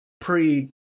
pre